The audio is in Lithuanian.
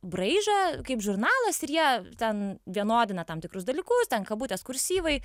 braižą kaip žurnalas ir jie ten vienodina tam tikrus dalykus ten kabutės kursyvai